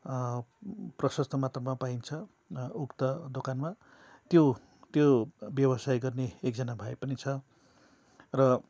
प्रशस्त मात्रामा पाइन्छ उक्त दोकानमा त्यो त्यो व्यवसाय गर्ने एकजना भाइ पनि छ र